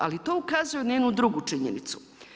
Ali to ukazuje na jednu drugu činjenicu.